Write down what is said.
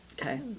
Okay